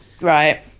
Right